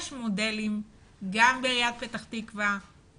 יש מודלים גם בעיריית פתח תקווה,